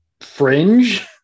fringe